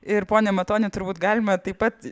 ir pone matoni turbūt galima taip pat